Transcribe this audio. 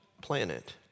planet